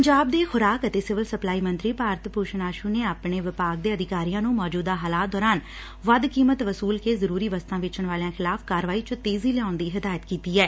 ਪੰਜਾਬ ਦੇ ਖੁਰਾਕ ਅਤੇ ਸਿਵਲ ਸਪਲਾਈ ਮੰਤਰੀ ਭਾਰਤ ਭੂਸ਼ਣ ਆਸੂ ਨੇ ਆਪਣੇ ਵਿਭਾਗ ਦੇ ਅਧਿਕਾਰੀਆਂ ਨੂੰ ਮੌਜੂਦਾ ਹਾਲਾਤ ਦੌਰਾਨ ਵੱਧ ਕੀਮਤ ਵਸੂਲ ਕੇ ਜ਼ਰੂਰੀ ਵਸਤਾਂ ਵੇਚਣ ਵਾਲਿਆਂ ਖਿਲਾਫ਼ ਕਾਰਵਾਈ ਚ ਤੇਜ਼ੀ ਲਿਆਉਣ ਦੀ ਹਿਦਾਇਤ ਕੀਤੀ ਐ